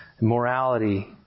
morality